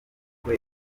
ubwo